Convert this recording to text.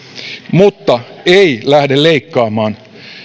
mutta ei lähde leikkaamaan